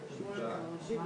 ליאת קליין,